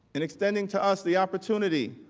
and extending to us the opportunity